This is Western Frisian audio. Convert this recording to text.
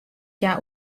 hja